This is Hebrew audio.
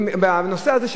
בנושא הזה,